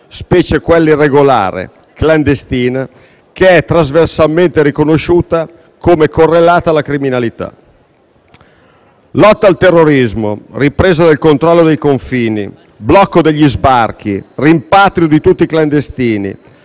specie quella irregolare, clandestina, che è trasversalmente riconosciuta come correlata alla criminalità. Lotta al terrorismo, ripresa del controllo dei confini, blocco degli sbarchi, rimpatrio di tutti i clandestini,